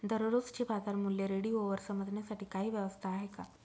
दररोजचे बाजारमूल्य रेडिओवर समजण्यासाठी काही व्यवस्था आहे का?